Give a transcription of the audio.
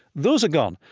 those are gone.